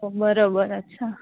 બરાબર જ છે